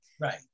Right